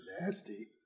nasty